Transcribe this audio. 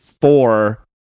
four